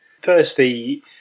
Firstly